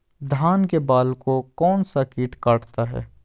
धान के बाल को कौन सा किट काटता है?